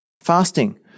Fasting